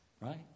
right